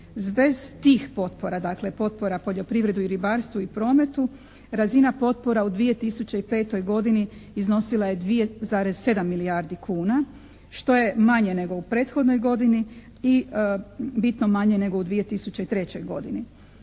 Bez tih potpora dakle potpora poljoprivredi i ribarstvu i prometu razina potpora u 2005. godini iznosila je 2,7 milijardi kuna što je manje nego u prethodnoj godini i bitno manje nego u 2003. godini.